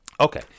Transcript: Okay